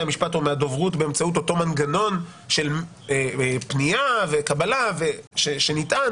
המשפט או מהדוברות באמצעות אותו מנגנון של פנייה וקבלה שנטען,